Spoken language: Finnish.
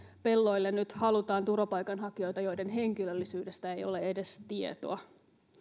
nyt halutaan pelloille turvapaikanhakijoita joiden henkilöllisyydestä ei edes ole tietoa